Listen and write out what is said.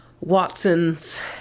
watson's